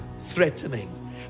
threatening